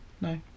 No